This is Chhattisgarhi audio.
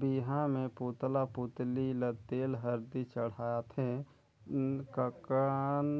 बिहा मे पुतला पुतली ल तेल हरदी चढ़ाथे ककन